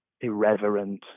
irreverent